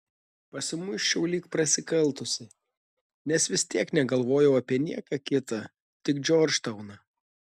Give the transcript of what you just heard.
pasimuisčiau lyg prasikaltusi nes vis tiek negalvojau apie nieką kitą tik džordžtauną